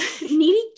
Needy